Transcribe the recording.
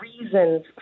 reasons